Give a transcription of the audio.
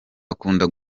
bakunda